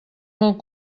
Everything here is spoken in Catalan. molt